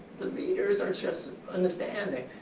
the readers aren't just understanding.